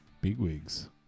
bigwigs